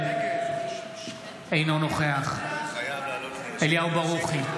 אינו נוכח אליהו ברוכי,